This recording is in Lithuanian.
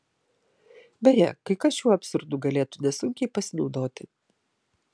beje kai kas šiuo absurdu galėtų nesunkiai pasinaudoti